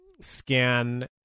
scan